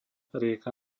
rieka